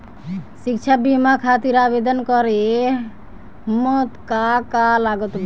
शिक्षा बीमा खातिर आवेदन करे म का का लागत बा?